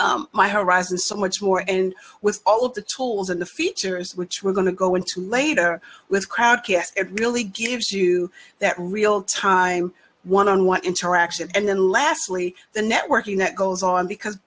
my horizons so much more and with all of the tools and the features which we're going to go into later with crack yes it really gives you that real time one on one interaction and then lastly the networking that goes on because